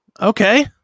Okay